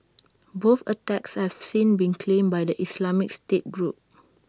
both attacks have since been claimed by the Islamic state group